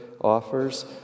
offers